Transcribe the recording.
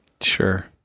Sure